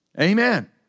Amen